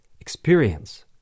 experience